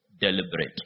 deliberate